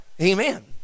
Amen